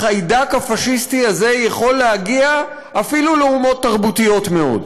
החיידק הפאשיסטי הזה יכול להגיע אפילו לאומות תרבותיות מאוד.